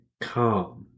calm